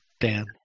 Dan